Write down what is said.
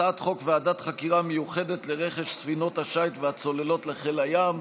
הצעת חוק ועדת חקירה מיוחדת לרכש ספינות השיט והצוללות לחיל הים,